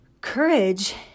Courage